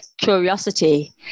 curiosity